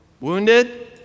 wounded